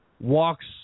walks